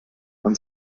man